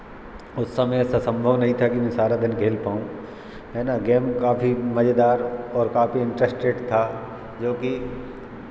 उस समय ऐसा संभव नहीं था कि मैं सारा दिन खेल पाऊँ है ना गेम काफ़ी मज़ेदार और काफी इन्ट्रेस्टेड था जोकि